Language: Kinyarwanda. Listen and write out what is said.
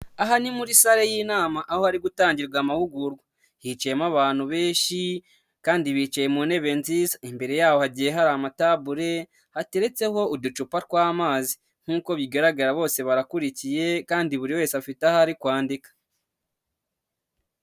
Aha ni muri sare y'inama aho hari gutangirwa amahugurwa, hiciyemo abantu benshi kandi bicaye mu ntebe nziza, imbere yaho hagiye hari amatabure hateretseho uducupa tw'amazi, nk'uko bigaragara bose barakurikiye kandi buri wese afite aho ari kwandika.